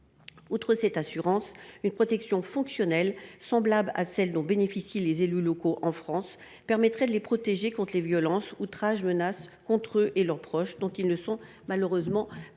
Outre cette assurance, l’octroi d’une protection fonctionnelle semblable à celle dont bénéficient les élus locaux en France permettrait de les protéger contre les violences, les outrages et les menaces contre eux et leurs proches, dont ils ne sont malheureusement pas